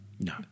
no